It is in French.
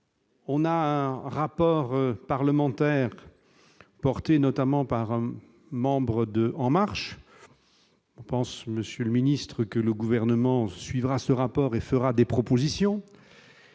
On a un rapport parlementaire, porté notamment par un membre de en marche,